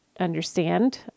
understand